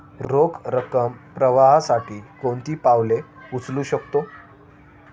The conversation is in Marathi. रोख रकम प्रवाहासाठी कोणती पावले उचलू शकतो?